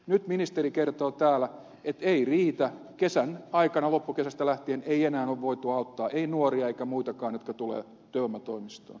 nyt ministeri kertoo täällä että ei riitä kesän aikana loppukesästä lähtien ei enää ole voitu auttaa ei nuoria eikä muitakaan jotka tulevat työvoimatoimistoon